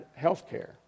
Healthcare